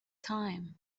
time